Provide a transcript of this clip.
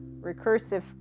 recursive